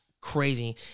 crazy